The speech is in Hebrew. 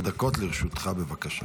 עשר דקות לרשותך, בבקשה.